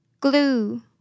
Glue